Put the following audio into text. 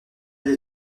des